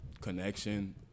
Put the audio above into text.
connection